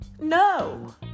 No